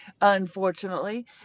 unfortunately